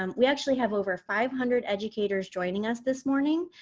um we actually have over five hundred educators joining us this morning,